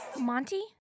Monty